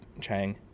Chang